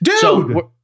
dude